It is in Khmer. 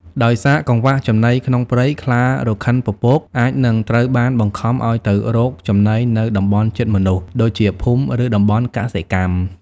ដោយសារកង្វះចំណីក្នុងព្រៃ ខ្លារខិនពពកអាចនឹងត្រូវបាន បង្ខំឲ្យទៅរកចំណីនៅតំបន់ជិតមនុស្ស ដូចជាភូមិ ឬតំបន់កសិកម្ម។